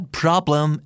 problem